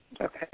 Okay